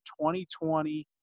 2020